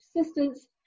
assistance